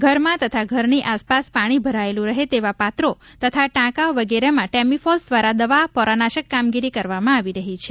ઘરમાં તથા ઘરની આસપાસ પાણી ભરાયેલુ રહે તેવા પાત્રો તથા ટાંકા વગેરેમાં ટેમીફોસ દવા દ્વારા પોરાનાશક કામગીરી કરવામાં આવી રહી છે